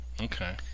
Okay